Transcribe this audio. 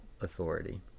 authority